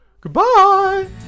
Goodbye